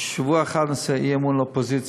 ושבוע אחד נעשה אי-אמון באופוזיציה.